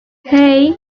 hey